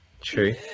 True